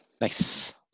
nice